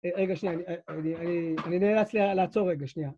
רגע שנייה, אני נאלץ לעצור רגע שנייה.